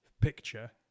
picture